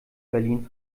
berlin